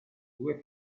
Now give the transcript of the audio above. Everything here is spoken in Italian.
due